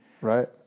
Right